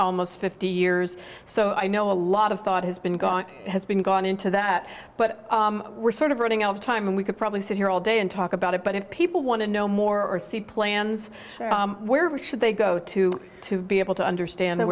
almost fifty years so i know a lot of thought has been gone has been gone into that but we're sort of running out of time and we could probably sit here all day and talk about it but if people want to know more or see plans where should they go to be able to understand